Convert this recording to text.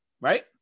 Right